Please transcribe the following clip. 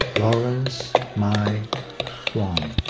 lawrence mai hoang.